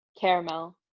caramel